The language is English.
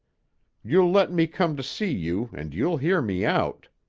you'll let me come to see you and you'll hear me out.